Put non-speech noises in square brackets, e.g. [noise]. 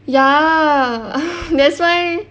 ya [breath] that's why